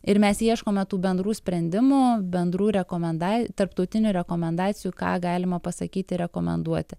ir mes ieškome tų bendrų sprendimų bendrų rekomenda tarptautinių rekomendacijų ką galima pasakyti ir rekomenduoti